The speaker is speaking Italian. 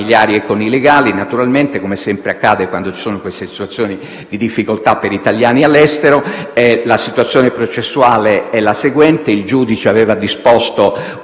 e con i legali, naturalmente, come sempre accade quando ci sono queste situazioni di difficoltà per gli italiani all'estero. La situazione processuale è la seguente: il giudice aveva disposto una